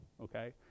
okay